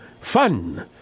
fun